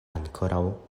ankoraŭ